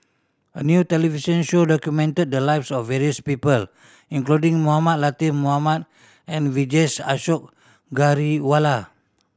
a new television show documented the lives of various people including Mohamed Latiff Mohamed and Vijesh Ashok Ghariwala